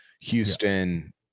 Houston